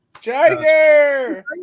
Jagger